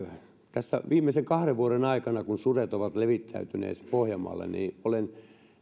tässä viimeisen kahden vuoden aikana sudet ovat levittäytyneet pohjanmaalle niin olen